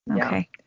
Okay